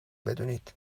بدونید